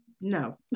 no